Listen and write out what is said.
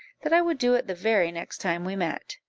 that i would do it the very next time we met.